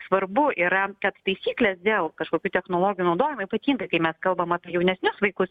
svarbu yra kad taisyklės dėl kažkokių technologijų naudojimo ypatingai kai mes kalbam apie jaunesnius vaikus